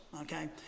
Okay